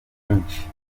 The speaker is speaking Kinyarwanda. nyinshi